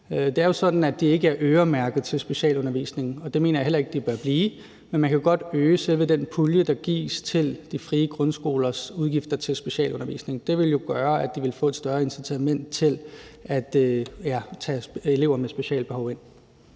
Det er jo sådan, at de ikke er øremærket til specialundervisning, og det mener jeg heller ikke de bør blive, men man kan godt øge selve den pulje, der gives til de frie grundskolers udgifter til specialundervisning. Det ville jo gøre, at de ville få et større incitament til at tage elever med specialbehov ind.